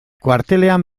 kuartelean